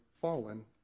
fallen